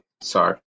sorry